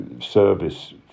service